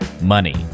money